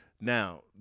Now